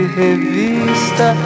revista